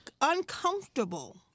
uncomfortable